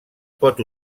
pot